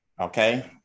okay